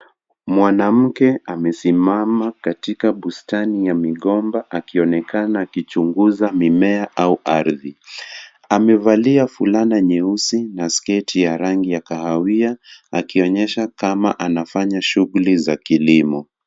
Mwanamke amesimama katika bustani ya migomba akionekana akichunguza mimea au ardhi. Amevalia fulana nyeusi na sketi ya rangi ya kahawia akionyesha kama anafanya shughuli za kilimo.